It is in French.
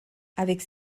avec